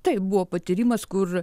taip buvo patyrimas kur